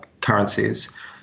currencies